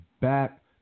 back